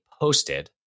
posted